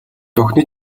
охины